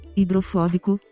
hidrofóbico